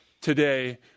Today